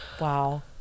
wow